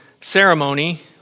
ceremony